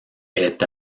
est